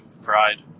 fried